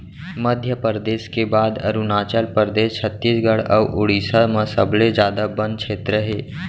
मध्यपरेदस के बाद अरूनाचल परदेस, छत्तीसगढ़ अउ उड़ीसा म सबले जादा बन छेत्र हे